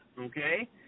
okay